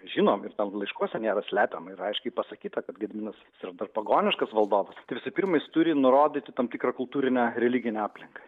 žinom ir ten laiškuose nėra slepiama ir aiškiai pasakyta kad gediminas jis yra dar pagoniškas valdovas tai visų pirma jis turi nurodyti tam tikrą kultūrinę religinę aplinką